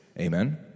Amen